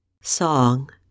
Song